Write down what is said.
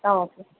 ஆ okay